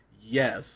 yes